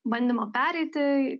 bandymo pereiti